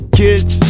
kids